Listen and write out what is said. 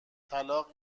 طلاق